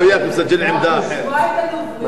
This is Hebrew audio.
אבל אני אטען בדברי הימים,